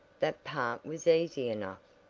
that part was easy enough.